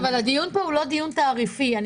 אבל זה לא דיון על תעריפים.